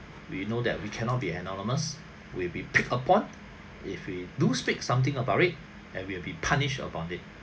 we know that we cannot be anonymous will be picked upon if we do speak something about it and will be punished about it